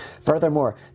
Furthermore